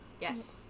Yes